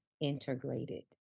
integrated